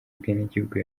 ubwenegihugu